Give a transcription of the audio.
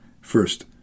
First